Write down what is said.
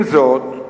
עם זאת,